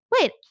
wait